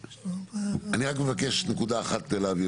אני רק מבקש נקודה אחת להבהיר,